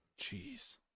Jeez